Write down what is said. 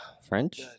French